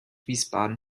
wiesbaden